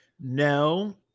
No